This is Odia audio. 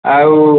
ଆଉ